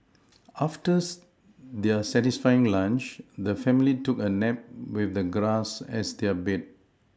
after's their satisfying lunch the family took a nap with the grass as their bed